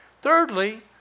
Thirdly